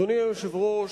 אדוני היושב-ראש,